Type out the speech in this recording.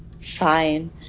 Fine